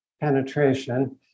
penetration